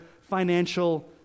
financial